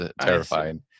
terrifying